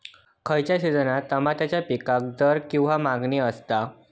खयच्या सिजनात तमात्याच्या पीकाक दर किंवा मागणी आसता?